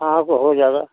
आम का हो जाएगा